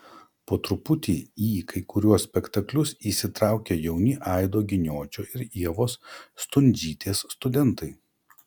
po truputį į kai kuriuos spektaklius įsitraukia jauni aido giniočio ir ievos stundžytės studentai